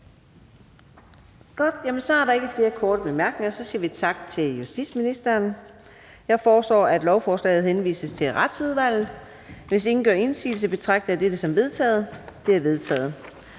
Så er der ikke flere korte bemærkninger. Vi siger tak til justitsministeren. Jeg foreslår, at lovforslaget henvises til Retsudvalget. Hvis ingen gør indsigelse, betragter jeg dette som vedtaget. Det er vedtaget.